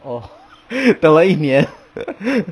oh 等了一年